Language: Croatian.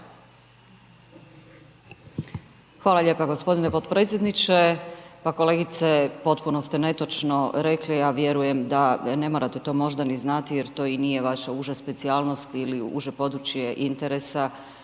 Hvala lijepa gospodine potpredsjedniče. Pa kolegice potpuno ste netočno rekli, ja vjerujem da ne morate to možda ni znati jer to i nije vaša uža specijalnost ili uže područje interesa,